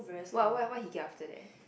why why why he give after that